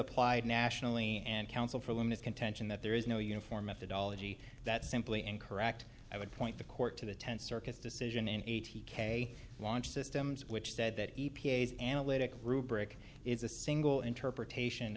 applied nationally and counsel for them is contention that there is no uniform methodology that simply incorrect i would point the court to the tenth circuit's decision in eighty k launch systems which said that e p a s analytic rubric is a single interpretation